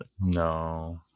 No